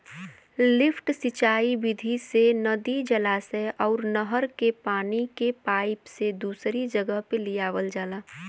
lift सिंचाई विधि से नदी, जलाशय अउर नहर के पानी के पाईप से दूसरी जगह पे लियावल जाला